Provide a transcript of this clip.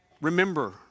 remember